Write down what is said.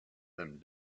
them